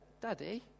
Daddy